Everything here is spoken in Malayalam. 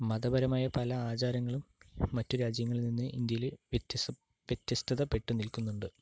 മതപരമായ പല ആചാരങ്ങളും മറ്റ് രാജ്യങ്ങളിൽ നിന്ന് ഇന്ത്യയില് വ്യത്യസ്ത വ്യത്യസ്തത പെട്ടു നിൽക്കുന്നുണ്ട്